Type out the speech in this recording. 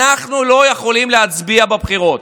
אנחנו לא יכולים להצביע בבחירות.